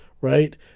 Right